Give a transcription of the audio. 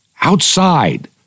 outside